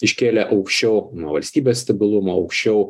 iškėlė aukščiau nuo valstybės stabilumo aukščiau